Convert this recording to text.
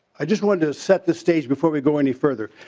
i just want to set the stage before we go any further.